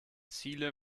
ziele